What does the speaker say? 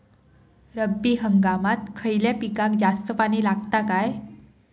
रब्बी हंगामात खयल्या पिकाक जास्त पाणी लागता काय?